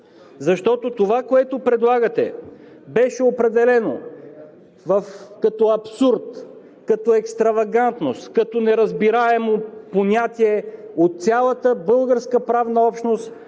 Защото това, което предлагате, беше определено като абсурд, като екстравагантност, като неразбираемо понятие от цялата българска правна общност,